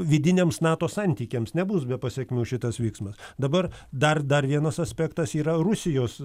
vidiniams nato santykiams nebus be pasekmių šitas vyksmas dabar dar dar vienas aspektas yra rusijos